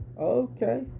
Okay